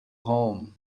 home